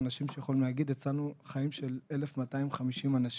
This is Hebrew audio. אנשים שיכולים להגיד שהצילו את החיים של 1,250 אנשים.